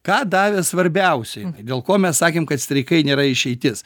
ką davė svarbiausiai dėl ko mes sakėm kad streikai nėra išeitis